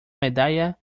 medalla